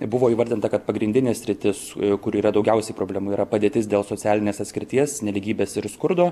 buvo įvardinta kad pagrindinė sritis kur yra daugiausiai problemų yra padėtis dėl socialinės atskirties nelygybės ir skurdo